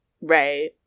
Right